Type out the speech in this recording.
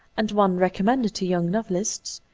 and one recommended to young novelists,